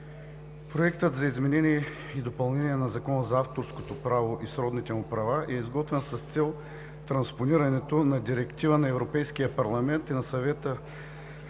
Проектът за изменение и допълнение на Закона за авторското право и сродните му права е изготвен с цел транспонирането на Директива на Европейския парламент и на Съвета